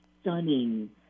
stunning